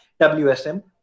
WSM